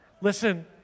Listen